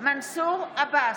מנסור עבאס,